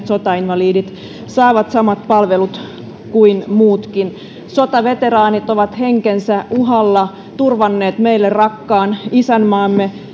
sotainvalidit saavat samat palvelut kuin muutkin sotaveteraanit ovat henkensä uhalla turvanneet meille rakkaan isänmaamme